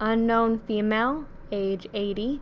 unknown female age eighty,